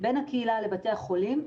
בין הקהילה לבתי החולים.